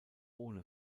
ohne